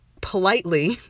politely